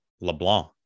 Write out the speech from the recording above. LeBlanc